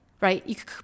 right